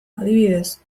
adibidez